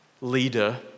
leader